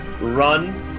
run